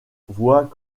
voit